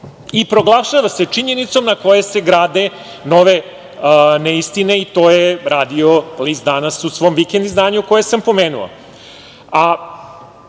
i proglašava se činjenicom na kojoj se grade nove neistine, i to je radio list „Danas“ u svom vikend izdanju koje sam pomenuo. Drugo,